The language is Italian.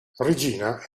regina